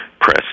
press